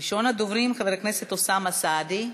ראשון הדוברים, חבר הכנסת אוסאמה סעדי.